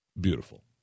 beautiful